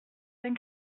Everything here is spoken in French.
vingt